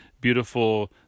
beautiful